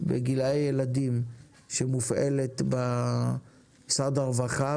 בגילאי הילדים שמופעלת במשרד הרווחה,